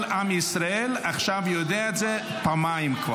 כל עם ישראל עכשיו יודע את זה, כבר פעמיים.